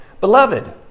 Beloved